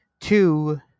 Two